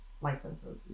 licenses